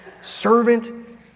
servant